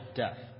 death